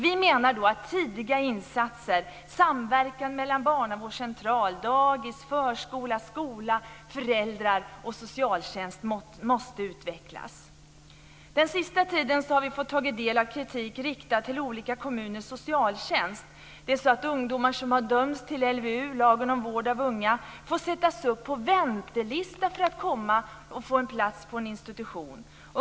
Vi menar att tidiga insatser, samverkan mellan barnavårdscentral, dagis, förskola, skola, föräldrar och socialtjänst måste utvecklas. Den sista tiden har vi fått ta del av kritik riktad till olika kommuners socialtjänst. Ungdomar som dömts till LVU, lagen om vård av unga, får sättas upp på en väntelista för att få en plats på en institution.